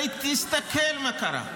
הרי תסתכל מה קרה,